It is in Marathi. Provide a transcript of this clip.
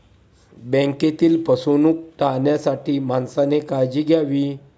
बँकेतील फसवणूक टाळण्यासाठी माणसाने काळजी घ्यावी